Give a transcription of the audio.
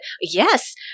yes